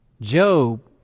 Job